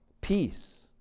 peace